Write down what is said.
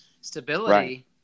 stability